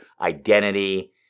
identity